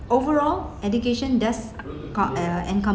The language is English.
overall education does got uh